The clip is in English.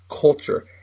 culture